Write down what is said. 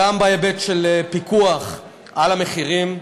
גם בהיבט של פיקוח על המחירים.